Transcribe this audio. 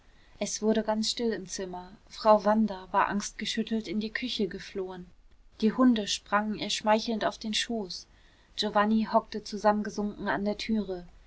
es wurde ganz still im zimmer frau wanda war angstgeschüttelt in die küche geflohen die hunde sprangen ihr schmeichelnd auf den schoß giovanni hockte zusammengesunken an der türe